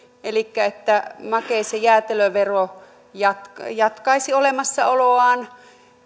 elikkä että makeis ja jäätelövero jatkaisi olemassaoloaan